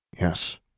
Yes